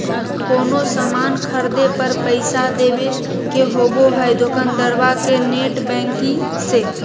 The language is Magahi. कोनो सामान खर्दे पर पैसा देबे के होबो हइ दोकंदारबा के नेट बैंकिंग से